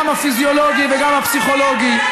גם הפיזיולוגי וגם הפסיכולוגי,